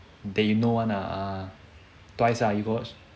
that you know one ah twice ah you got watch